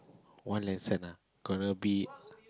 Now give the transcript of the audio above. one lesson ah gonna be